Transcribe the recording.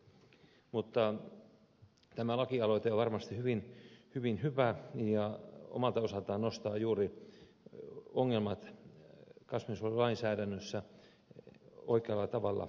mutta tämä lakialoite on varmasti hyvin hyvä ja omalta osaltaan nostaa juuri ongelmat kasvinsuojelulainsäädännössä oikealla tavalla esille